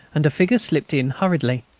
and a figure slipped in hurriedly.